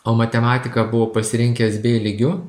o matematiką buvo pasirinkęs bė lygiu